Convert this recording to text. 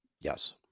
Yes